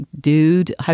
dude